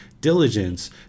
diligence